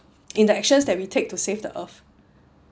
in the actions that we take to save the earth